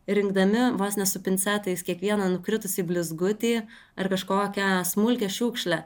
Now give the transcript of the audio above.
rinkdami vos ne su pincetais kiekvieną nukritusį blizgutį ar kažkokią smulkią šiukšlę